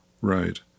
right